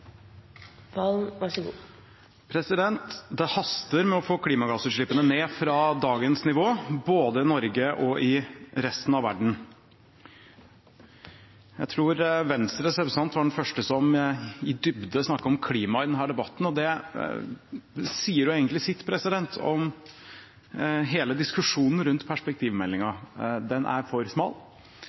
Det haster med å få klimagassutslippene ned fra dagens nivå både i Norge og i resten av verden. Jeg tror Venstres representant var den første som i dybde snakket om klimaet i denne debatten, og det sier egentlig sitt om hele diskusjonen rundt perspektivmeldingen. Den er for smal,